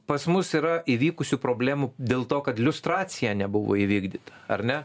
pas mus yra įvykusių problemų dėl to kad liustracija nebuvo įvykdyta ar ne